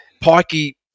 Pikey